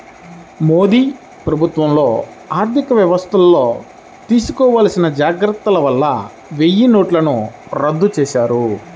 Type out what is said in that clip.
మోదీ ప్రభుత్వంలో ఆర్ధికవ్యవస్థల్లో తీసుకోవాల్సిన జాగర్తల వల్ల వెయ్యినోట్లను రద్దు చేశారు